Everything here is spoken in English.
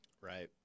Right